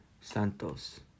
Santos